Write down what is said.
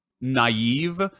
naive